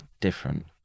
different